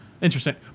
interesting